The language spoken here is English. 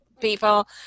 people